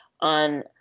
on